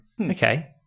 Okay